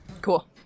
Cool